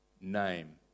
name